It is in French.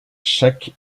chaque